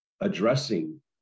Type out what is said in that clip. addressing